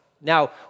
Now